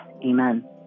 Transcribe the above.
Amen